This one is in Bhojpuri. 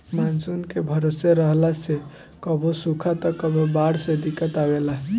मानसून के भरोसे रहला से कभो सुखा त कभो बाढ़ से दिक्कत आवेला